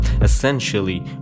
Essentially